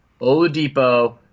Oladipo